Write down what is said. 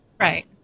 Right